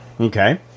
Okay